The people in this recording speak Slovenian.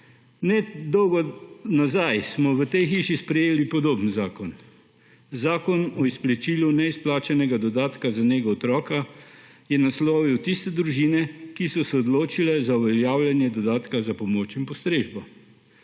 Nedolgo nazaj smo v tej hiši sprejeli podoben zakon. Zakon o izplačilu neizplačanega dodatka za nego otroka je naslovil tiste družine, ki so se odločile za uveljavljanje dodatka za pomoč in postrežbo,